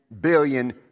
billion